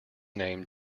name